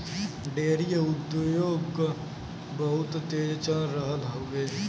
dairy उद्योग बहुत तेज चल रहल हउवे